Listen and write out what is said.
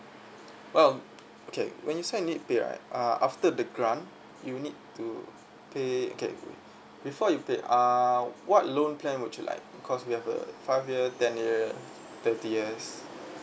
well okay when you sign it right uh after the grant you need to pay okay before you pay uh what loan plan would you like because we have uh five year ten year thirty years